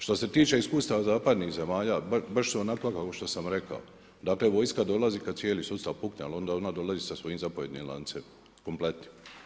Što se tiče iskustava zapadnijih zemalja, baš su onakva kao što sam rekao, dakle, vojska dolazi kad cijeli sustav pukne, ali onda odmah dolazi i sa svojim zapovijedanim lancem, u kompletu.